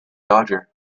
dodger